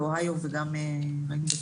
באוהיו וגם בקנדה.